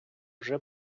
вже